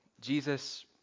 Jesus